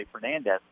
Fernandez